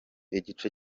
igice